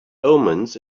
omens